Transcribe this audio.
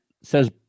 Says